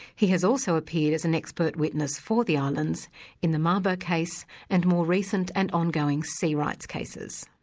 he has also appeared as an expert witness for the islands in the mabo case and more recent and ongoing sea rights cases.